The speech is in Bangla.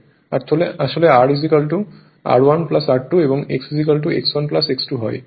আসলে R R1 R2 এবং X X1 X2 হয়